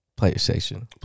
PlayStation